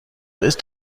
ist